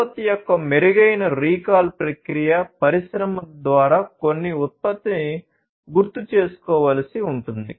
ఉత్పత్తి యొక్క మెరుగైన రీకాల్ ప్రక్రియ పరిశ్రమ ద్వారా కొన్ని ఉత్పత్తిని గుర్తుచేసుకోవలసి ఉంటుంది